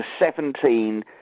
17